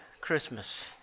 Christmas